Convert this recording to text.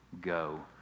go